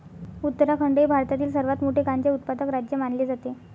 उत्तराखंड हे भारतातील सर्वात मोठे गांजा उत्पादक राज्य मानले जाते